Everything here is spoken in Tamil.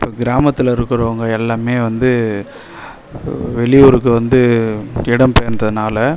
இப்போ கிராமத்தில் இருக்கிறவங்க எல்லாமே வந்து வெளியூருக்கு வந்து இடம்பெயர்ந்தனால